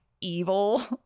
evil